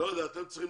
רוצה